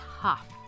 tough